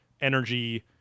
energy